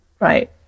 right